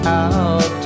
out